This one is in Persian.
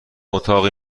اتاقی